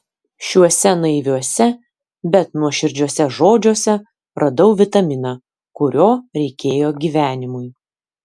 šiuose naiviuose bet nuoširdžiuose žodžiuose radau vitaminą kurio reikėjo gyvenimui